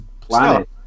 planet